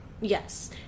Yes